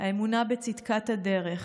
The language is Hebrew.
האמונה בצדקת הדרך